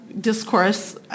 discourse